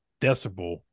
Decibel